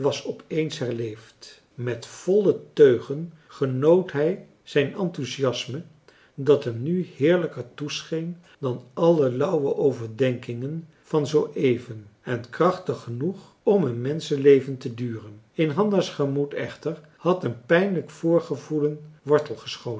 op eens herleefd met volle teugen genoot hij zijn enthusiasme dat hem nu heerlijker toescheen dan alle lauwe overdenkingen van zooeven en krachtig genoeg om een menschenleven te duren in hanna's gemoed echter had een pijnlijk voorgevoelen wortelgeschoten